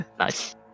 Nice